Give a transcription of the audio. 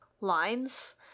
lines